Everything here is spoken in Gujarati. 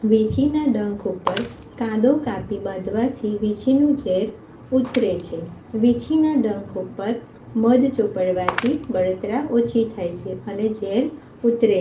વીંછીના ડંખ ઉપર કાંદો કાપી બાંધવાથી વીંછીનું ઝેર ઉતરે છે વીંછીના ડંખ ઉપર મધ ચોપડવાથી બળતરા ઓછી થાય છે અને ઝેર ઉતરે